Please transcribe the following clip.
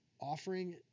offering